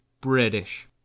British